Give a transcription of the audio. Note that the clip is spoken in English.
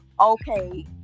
Okay